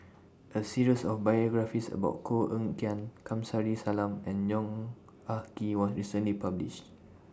A series of biographies about Koh Eng Kian Kamsari Salam and Yong Ah Kee was recently published